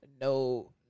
no